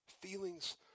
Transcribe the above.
Feelings